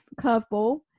Curveball